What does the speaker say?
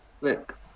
Look